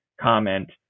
comment